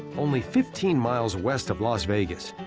only fifteen miles west of las vegas,